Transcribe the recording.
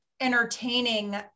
entertaining